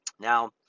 Now